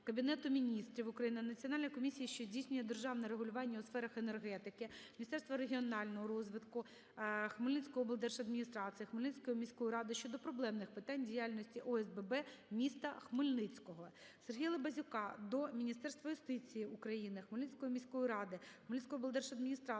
Кабінету Міністрів України, Національної комісії, що здійснює державне регулювання у сферах енергетики, Міністерства регіональногорозвитку, Хмельницької облдержадміністрації, Хмельницької міської ради щодо проблемних питань діяльності ОСББ міста Хмельницького. СергіяЛабазюка до Міністерства юстиції України, Хмельницької міської ради, Хмельницької облдержадміністрації